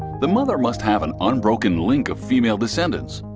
the mother must have an unbroken link of female descendants.